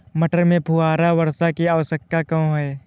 मटर में फुहारा वर्षा की आवश्यकता क्यो है?